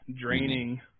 draining